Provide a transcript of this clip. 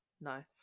No